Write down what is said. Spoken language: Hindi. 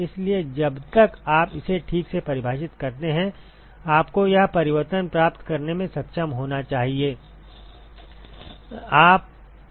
इसलिए जब तक आप इसे ठीक से परिभाषित करते हैं आपको यह परिवर्तन प्राप्त करने में सक्षम होना चाहिए deltaTlmtd